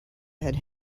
had